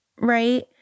right